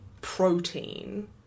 protein